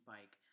Bike